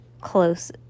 close